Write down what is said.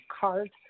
cards